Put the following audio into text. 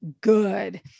good